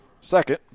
second